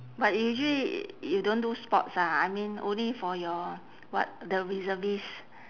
but usually you don't do sports ah I mean only for your what the reservist